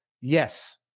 Yes